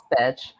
bitch